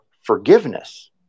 forgiveness